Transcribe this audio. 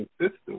system